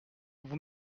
vous